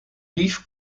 dief